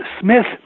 smith